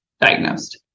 diagnosed